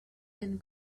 and